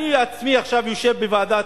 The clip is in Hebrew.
אני עצמי יושב עכשיו בוועדת